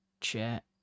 chat